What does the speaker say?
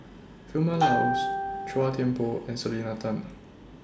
Vilma Laus Chua Thian Poh and Selena Tan